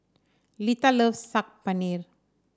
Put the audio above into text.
Lita loves Saag Paneer